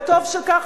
וטוב שכך,